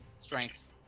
strength